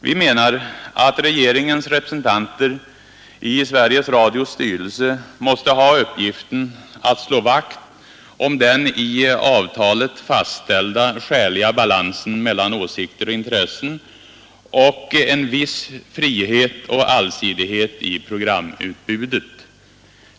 Vi menar att regeringens representanter i Sveriges Radios styrelse måste ha uppgiften att slå vakt om den i avtalet fastställda skäliga balansen mellan åsikter och intressen och en viss frihet och allsidighet i programutbudet.